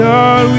God